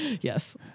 Yes